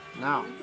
now